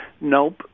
nope